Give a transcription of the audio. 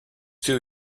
two